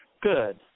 Good